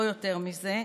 לא יותר מזה,